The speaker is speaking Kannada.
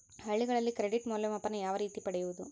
ಹಳ್ಳಿಗಳಲ್ಲಿ ಕ್ರೆಡಿಟ್ ಮೌಲ್ಯಮಾಪನ ಯಾವ ರೇತಿ ಪಡೆಯುವುದು?